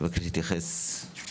ורוצה להתייחס.